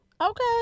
Okay